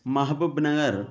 Mahbubnagar